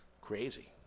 crazy